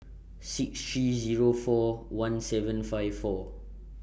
six three Zero four one seven five four